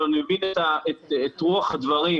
אבל אני מבין את רוח הדברים.